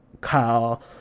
Kyle